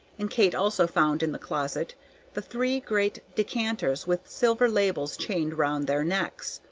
and kate also found in the closet the three great decanters with silver labels chained round their necks,